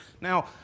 Now